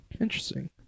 interesting